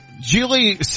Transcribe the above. Julie